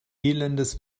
elendes